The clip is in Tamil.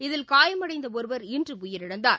இதில் காயமடைந்தஒருவர் இன்றுஉயிரிழந்தார்